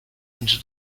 into